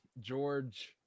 George